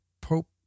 Pope